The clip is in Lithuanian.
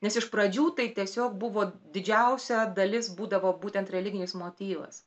nes iš pradžių tai tiesiog buvo didžiausia dalis būdavo būtent religinis motyvas